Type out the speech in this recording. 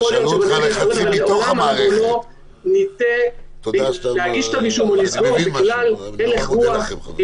לעולם לא ניטה להגיש כתב אישום או לסגור בגלל הלך רוח,